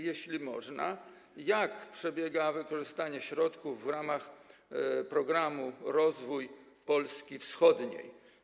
Jeśli można, mam pytanie: Jak przebiega wykorzystanie środków w ramach programu „Rozwój Polski Wschodniej”